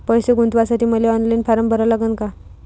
पैसे गुंतवासाठी मले ऑनलाईन फारम भरा लागन का?